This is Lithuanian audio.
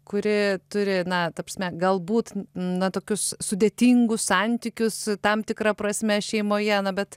kuri turi na ta prasme galbūt na tokius sudėtingus santykius tam tikra prasme šeimoje na bet